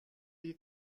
бие